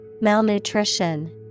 Malnutrition